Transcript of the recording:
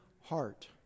heart